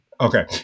Okay